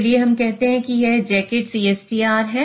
चलिए हम कहते हैं एक जैकेट CSTR है